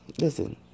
listen